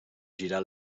gira